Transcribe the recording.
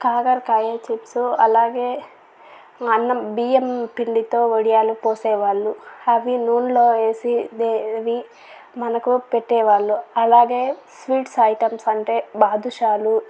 కాకరకాయ చిప్స్ అలాగే మనం బియ్యం పిండితో వడియాలు పోసేవాళ్ళు అవి నూనెలో వేసి దేవి మనకు పెట్టే వాళ్ళు అలాగే స్వీట్స్ ఐటమ్స్ అంటే బాదుషాలు